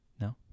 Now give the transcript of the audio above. No